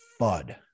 FUD